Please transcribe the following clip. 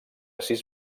sis